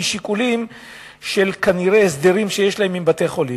כנראה משיקולים של הסדרים שיש להן עם בתי-החולים.